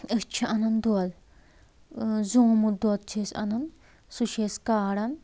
أسۍ چھِ اَنان دۄد زیومُت دۄد چھِ أسۍ اَنان سُہ چھِ أسۍ کاران